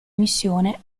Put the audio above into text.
missione